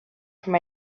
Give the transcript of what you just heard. from